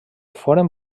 foren